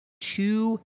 two